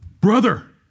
Brother